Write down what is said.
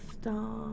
Stop